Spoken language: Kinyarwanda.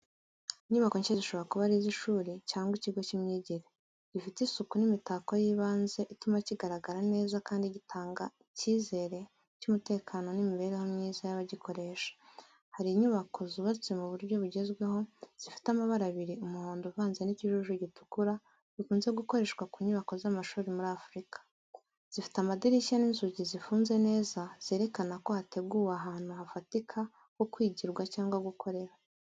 Inyubako nshya zishobora kuba ari iz'ishuri cyangwa ikigo cy'imyigire, gifite isuku n'imitako y'ibanze ituma kigaragara neza kandi gitanga icyizere cy’umutekano n’imibereho myiza y’abagikoresha. Hari inyubako zubatswe mu buryo bugezweho, zifite amabara abiri umuhondo uvanze n'ikijuju gitukura bikunze gukoreshwa ku nyubako z’amashuri muri Afurika. Zifite amadirishya n’inzugi zifunze neza zerekana ko hateguwe ahantu hafatika ho kwigira cyangwa gukorera.